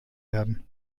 werden